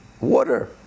water